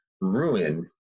ruin